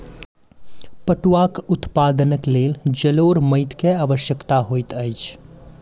पटुआक उत्पादनक लेल जलोढ़ माइट के आवश्यकता होइत अछि